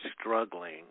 struggling